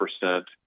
percent